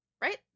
Right